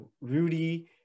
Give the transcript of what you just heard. Rudy